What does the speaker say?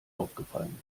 aufgefallen